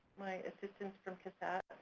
my assistant from casat,